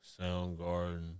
Soundgarden